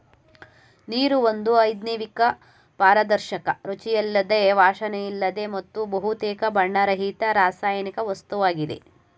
ನೀರು ಒಂದು ಅಜೈವಿಕ ಪಾರದರ್ಶಕ ರುಚಿಯಿಲ್ಲದ ವಾಸನೆಯಿಲ್ಲದ ಮತ್ತು ಬಹುತೇಕ ಬಣ್ಣರಹಿತ ರಾಸಾಯನಿಕ ವಸ್ತುವಾಗಿದೆ